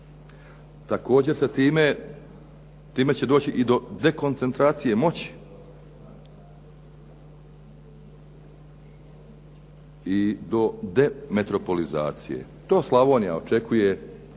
Također se time, time će doći i do dekoncentracije moći i do demotropolizacije. To Slavonija očekuje od